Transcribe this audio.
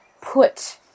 put